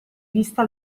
vista